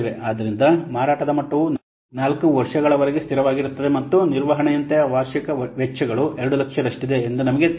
ಆದ್ದರಿಂದ ಮಾರಾಟದ ಮಟ್ಟವು 4 ವರ್ಷಗಳವರೆಗೆ ಸ್ಥಿರವಾಗಿರುತ್ತದೆ ಮತ್ತು ನಿರ್ವಹಣೆಯಂತಹ ವಾರ್ಷಿಕ ವೆಚ್ಚಗಳು 200000 ರಷ್ಟಿದೆ ಎಂದು ನಮಗೆ ತಿಳಿದಿದೆ